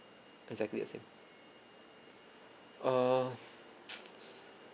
exactly the same err